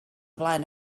flaen